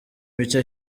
mike